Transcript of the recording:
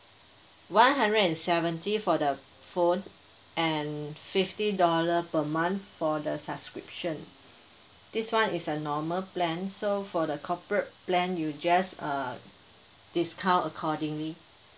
one hundred and seventy for the phone and fifty dollar per month for the subscription this one is a normal plan so for the corporate plan you just uh discount accordingly